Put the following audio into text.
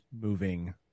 moving